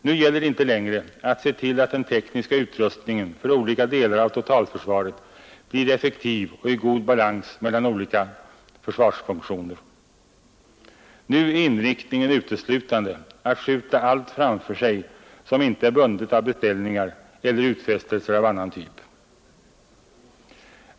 Nu gäller det inte längre att se till att den tekniska utrustningen för olika delar av totalförsvaret blir effektiv och i god balans mellan de skilda försvarsfunktionerna, nu är inriktningen uteslutande att skjuta allt framför sig som inte redan är bundet av beställningar eller utfästelser av annan typ.